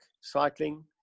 cycling